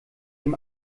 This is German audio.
dem